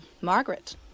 Margaret